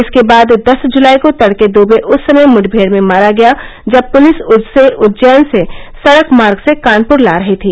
इसके बाद दस जुलाई को तड़के द्वे उस समय मुठभेड़ में मारा गया जब पुलिस उसे उज्जैन से सड़क मार्ग से कानपुर ला रही थी